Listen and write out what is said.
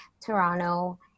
Toronto